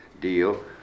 deal